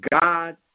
God